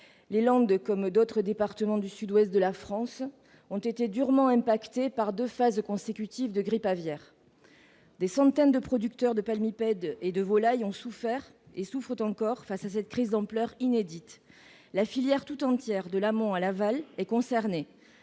Les Landes- comme d'autres départements du sud-ouest de la France -ont été durement impactées par deux phases consécutives de grippe aviaire. Des centaines de producteurs de palmipèdes et de volailles ont souffert et souffrent encore face à cette crise d'ampleur inédite. La filière tout entière, de l'amont à l'aval, est concernée.